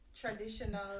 traditional